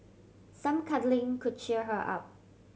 some cuddling could cheer her up